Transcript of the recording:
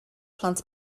plant